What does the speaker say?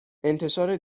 انتشار